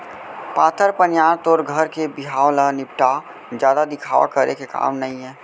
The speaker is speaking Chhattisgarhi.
पातर पनियर तोर घर के बिहाव ल निपटा, जादा दिखावा करे के काम नइये